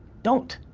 don't,